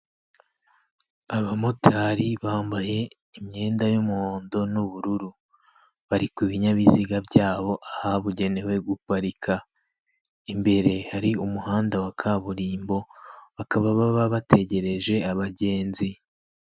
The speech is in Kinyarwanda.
Abamotari bambaye imyenda y'umuhondo n'ubururu, bari ku binyabiziga byabo ahabugenewe, guparika imbere hari umuhanda wa kaburimbo, bakaba baba bategereje abagenzi.